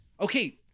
Okay